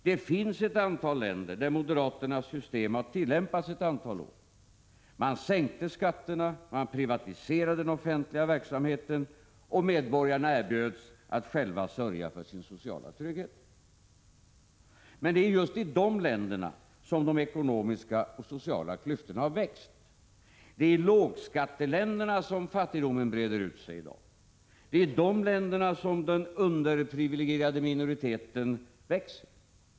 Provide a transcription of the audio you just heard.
Det finns ett antal länder där moderaternas system har tillämpats ett antal år. Man sänkte skatterna, man privatiserade den offentliga verksamheten och medborgarna erbjöds att själva sörja för sin sociala trygghet. Men det är just i de länderna som de ekonomiska och sociala klyftorna har växt. Det är i lågskatteländerna som fattigdomen i dag breder ut sig, det är i de länderna som den underprivilegierade minoriteten växer.